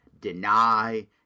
deny